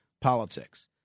politics